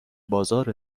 بازار